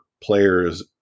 players